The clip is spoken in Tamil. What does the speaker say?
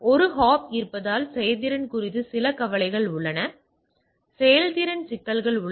ஒரு ஹாப் இருப்பதால் செயல்திறன் குறித்து சில கவலைகள் உள்ளன செயல்திறன் சிக்கல் உள்ளது